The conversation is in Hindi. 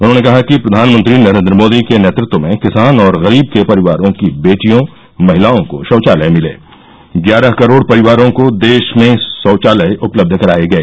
उन्होंने कहा कि प्रधानमंत्री नरेंद्र मोदी के नेतृत्व में किसान और गरीब के परिवारों की बेटियों महिलाओं को शौचालय मिले ग्यारह करोड़ परिवारों को देश में शौचालय उपलब्ध कराए गए